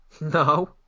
No